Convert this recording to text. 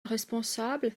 responsable